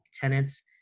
tenants